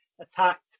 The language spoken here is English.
attacked